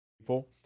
people